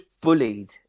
bullied